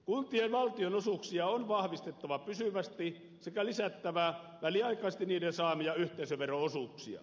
kuntien valtionosuuksia on vahvistettava pysyvästi sekä lisättävä väliaikaisesti niiden saamia yhteisövero osuuksia